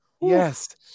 yes